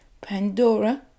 Pandora